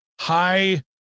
high